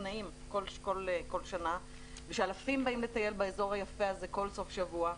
שקנאים כל שנה ושאלפים באים לטייל באזור היפה הזה כל סוף שבוע.